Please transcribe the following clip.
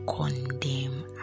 condemn